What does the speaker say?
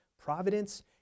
providence